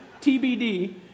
TBD